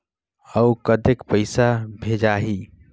अउ कतेक पइसा भेजाही?